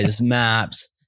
maps